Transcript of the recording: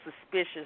suspicious